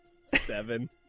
seven